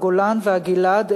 הגולן והגלעד,